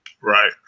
right